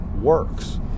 works